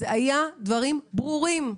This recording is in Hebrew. אלה היו דברים ברורים,